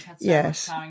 Yes